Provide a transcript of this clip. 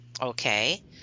Okay